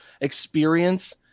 experience